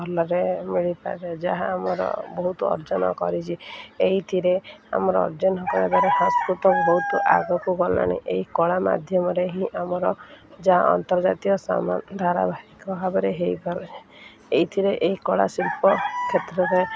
ଭଲରେ ମିଳିପାରେ ଯାହା ଆମର ବହୁତ ଅର୍ଜନ କରିଛି ଏଇଥିରେ ଆମର ଅର୍ଜନକାର ସଂସ୍କୃତ ବହୁତ ଆଗକୁ ଗଲାଣି ଏହି କଳା ମାଧ୍ୟମରେ ହିଁ ଆମର ଯାହା ଅନ୍ତର୍ଜାତୀୟ ସମ ଧାରାବାହିିକ ଭାବରେ ହେଇପାରେ ଏଇଥିରେ ଏହି କଳା ଶିଳ୍ପକ୍ଷେତ୍ରରେ